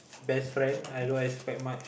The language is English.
best friend I don't expect much